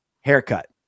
haircut